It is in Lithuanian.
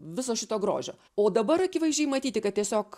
viso šito grožio o dabar akivaizdžiai matyti kad tiesiog